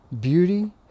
beauty